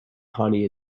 honey